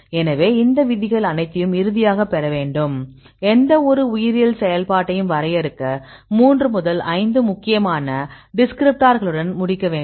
எனவே இந்த விதிகள் அனைத்தையும் இறுதியாகப் பெற வேண்டும் எந்தவொரு உயிரியல் செயல்பாட்டையும் வரையறுக்க 3 முதல் 5 முக்கியமான டிஸ்கிரிப்டார்களுடன் முடிக்க வேண்டும்